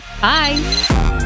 bye